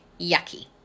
yucky